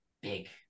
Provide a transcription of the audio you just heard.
big